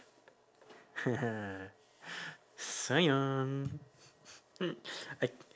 sayang